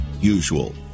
usual